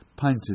Painted